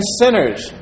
sinners